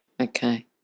Okay